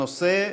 הנושא: